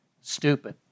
stupid